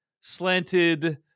slanted